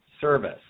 service